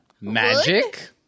magic